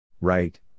Right